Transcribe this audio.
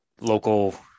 local